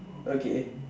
okay